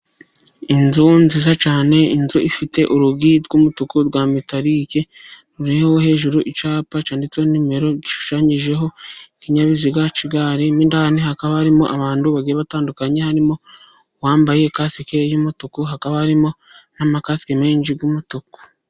Inzu nziza cyane, inzu ifite urugi rw'umutuku rwa metarike, ruriho hejuru icyapa cyanditseho nimero, gishushanyijeho ikinyabiziga cy'igare . Mo indani hakaba harimo abantu bagiye batandukanye, harimo uwambaye kasike y'umutuku, hakaba harimo n'amakasike menshi y'umutuku.